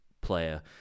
player